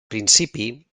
principi